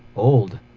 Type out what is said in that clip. old.